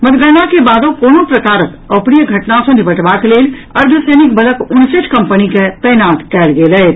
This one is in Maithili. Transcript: मतगणना के बादो कोनहुं प्रकारक अप्रिय घटना सँ निबटबाक लेल अर्द्वसैनिक बलक उनसठि कम्पनी के तैनात कयल गेल अछि